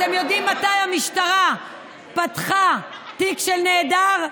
אתם יודעים מתי המשטרה פתחה תיק של נעדר?